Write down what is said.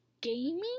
gaming